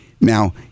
Now